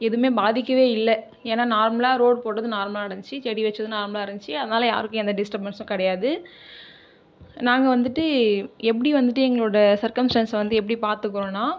எதுவுமே பாதிக்கவே இல்லை ஏன்னால் நார்மலாக ரோடு போடுகிறது நார்மலாக நடந்திச்சு செடி வச்சது நார்மலாக இருந்துச்சு அதனால யாருக்கும் எந்த டிஸ்டபன்ஸ்ஸு கிடையாது நாங்கள் வந்துகிட்டு எப்படி வந்து எங்களோடய சர்க்கம்ஸ்டன்ஸ்ஸில் வந்து எப்படி பார்த்துக்குனுனா